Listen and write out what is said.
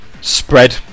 spread